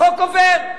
החוק עובר,